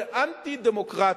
הוא אנטי-דמוקרטי.